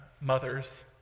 mothers